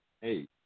Hey